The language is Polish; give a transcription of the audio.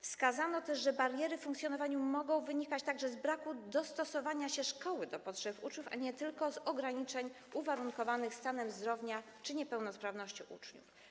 Wskazano też, że bariery w funkcjonowaniu mogą wynikać także z braku dostosowania się szkoły do potrzeb uczniów, a nie tylko z ograniczeń uwarunkowanych stanem zdrowia czy niepełnosprawnością uczniów.